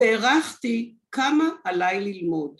‫הערכתי כמה עליי ללמוד.